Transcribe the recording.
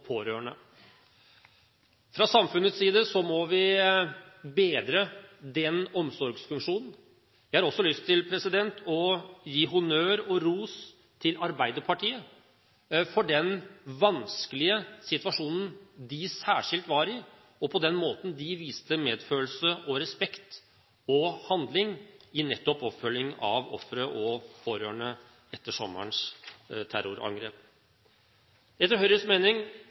pårørende. Fra samfunnets side må vi bedre denne omsorgsfunksjonen. Jeg har lyst til å gi honnør og ros til Arbeiderpartiet når det gjelder den vanskelige situasjonen de særskilt var i, og den måten de viste medfølelse, respekt og handling på, nettopp i oppfølgingen av ofre og pårørende etter sommerens terrorangrep. Etter Høyres mening